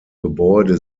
gebäude